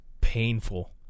painful